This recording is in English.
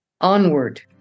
onward